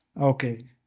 okay